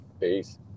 Peace